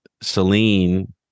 celine